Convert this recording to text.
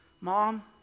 mom